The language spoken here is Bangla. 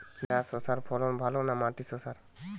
ভেরার শশার ফলন ভালো না মাটির শশার?